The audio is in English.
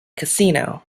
casino